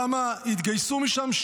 כמה התגייסו משם?